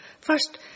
First